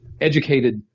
educated